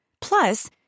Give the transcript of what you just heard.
Plus